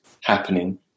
happening